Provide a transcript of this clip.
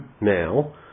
now